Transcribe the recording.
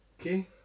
Okay